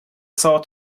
saw